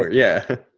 yeah.